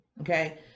Okay